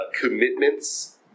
commitments